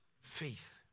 faith